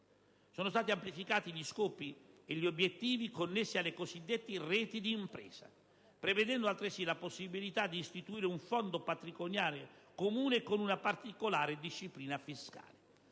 Sono stati amplificati gli scopi e gli obiettivi connessi alle cosiddette reti di impresa, prevedendo altresì la possibilità di istituire un fondo patrimoniale comune con una particolare disciplina fiscale.